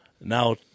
Now